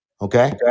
okay